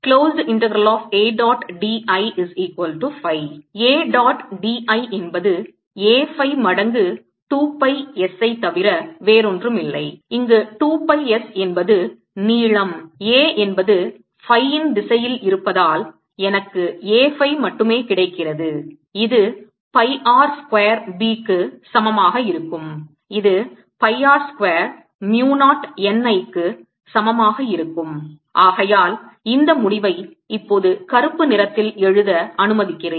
A dot d l என்பது A phi மடங்கு 2 pi s ஐத் தவிர வேறொன்றுமில்லை இங்கு 2 pi s என்பது நீளம் A என்பது phi இன் திசையில் இருப்பதால் எனக்கு A phi மட்டுமே கிடைக்கிறது இது pi R ஸ்கொயர் B க்கு சமமாக இருக்கும் இது pi R square mu 0 n I க்கு சமமாக இருக்கும் ஆகையால் இந்த முடிவை இப்போது கருப்பு நிறத்தில் எழுத அனுமதிக்கிறேன்